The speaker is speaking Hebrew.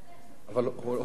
אבל הוא לא כאן.